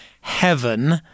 heaven